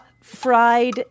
fried